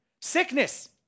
Sickness